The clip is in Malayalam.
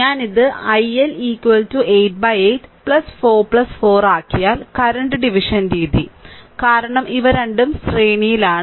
ഞാൻ ഇത് iL 88 4 4 ആക്കിയാൽ കറന്റ് ഡിവിഷൻ രീതി കാരണം ഇവ രണ്ടും ശ്രേണിയിലാണ്